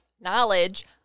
Knowledge